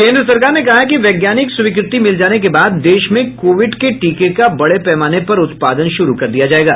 केन्द्र सरकार ने कहा है कि वैज्ञानिक स्वीकृति मिल जाने के बाद देश में कोविड के टीके का बड़े पैमाने पर उत्पादन श्रू कर दिया जाएगा